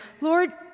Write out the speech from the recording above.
Lord